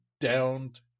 downed